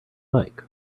like